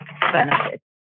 benefit